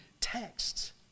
texts